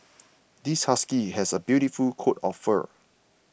this husky has a beautiful coat of fur